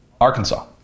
Arkansas